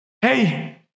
Hey